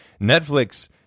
Netflix